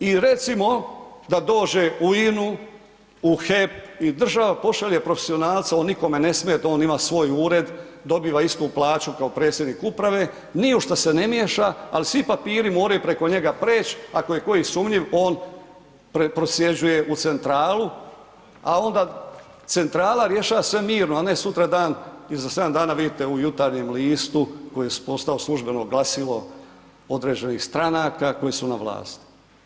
I recimo, da dođe u INA-u, u HEP i država pošalje profesionalca, on nikome ne smije da on ima svoj ured, dobiva istu plaće kao predsjednik uprave, ni u šta se ne miješa, ali svi papiri moraju preko njega preći, ako je koji sumnjiv, on prosljeđuje i centralu, a onda centrala rješava sve mirno, a ne sutradan ili za 7 dana u Jutarnjem listu, koji je postao službeno glasilo određenih stanaka koje su na vlasti.